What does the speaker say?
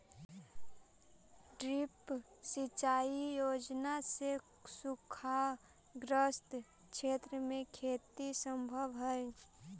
drip सिंचाई योजना से सूखाग्रस्त क्षेत्र में खेती सम्भव हइ